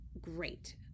great